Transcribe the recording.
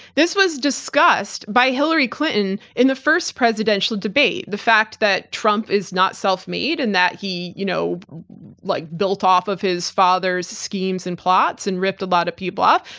this was discussed by hillary clinton in the first presidential debate, the fact that trump is not self-made and that he you know like built off of his father's schemes and plots and ripped a lot of people off.